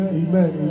amen